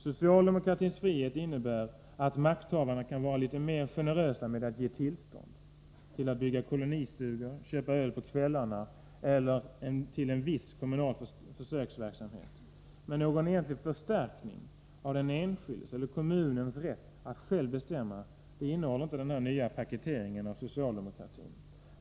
Socialdemokratins frihet innebär att makthavarna kan vara litet mera generösa med att ge tillstånd — till att bygga kolonistugor, till att köpa öl på kvällarna eller till att bevilja en viss kommunal försöksverksamhet — men någon egentlig förstärkning av den enskildes eller kommunens rätt att själv bestämma innehåller inte denna nya paketering av socialdemokratin.